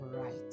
right